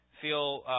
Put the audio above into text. feel